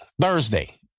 Thursday